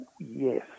yes